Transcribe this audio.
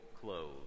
clothes